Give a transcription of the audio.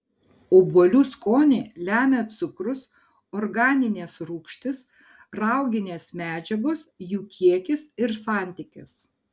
obuolių skonį lemia cukrus organinės rūgštys rauginės medžiagos jų kiekis ir santykis